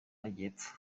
majyepfo